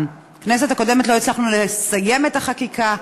בכנסת הקודמת לא הצלחנו לסיים את החקיקה,